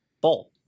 bowl